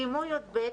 סיימו י"ב,